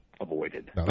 avoided